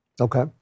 Okay